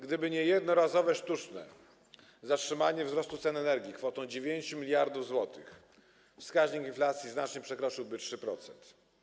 Gdyby nie jednorazowe, sztuczne zatrzymanie wzrostu cen energii kwotą 9 mld zł, to wskaźnik inflacji znacznie przekroczyłby 3%.